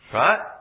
right